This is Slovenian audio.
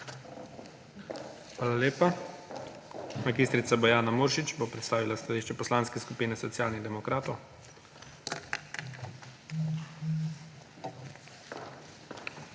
Hvala lepa. Mag. Bojana Muršič bo predstavila stališče Poslanske skupine Socialnih demokratov.